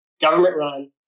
government-run